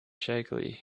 shakily